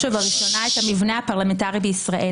ובראשונה את המבנה הפרלמנטרי בישראל,